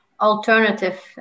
alternative